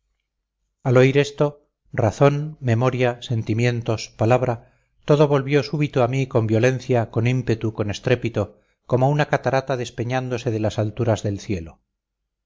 al oír esto razón memoria sentimientos palabra todo volvió súbito a mí con violencia con ímpetu con estrépito como una catarata despeñándose de las alturas del cielo